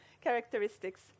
characteristics